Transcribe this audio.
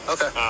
Okay